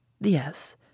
Yes